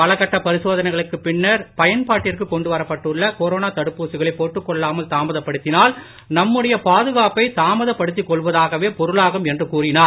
பலகட்ட பரிசோதனைகளுக்கு பின்னர் பயன்பாட்டிற்கு கொண்டுவரப்பட்டுள்ள கொரோனா தடுப்பூசிகளை போட்டுக் கொள்ளாமல் தாமதப் படுத்தினால் நம்முடைய பாதுகாப்பை தாமதப் படுத்திக் கொள்வதாகவே பொருளாகும் என்று கூறினார்